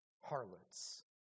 harlots